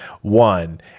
One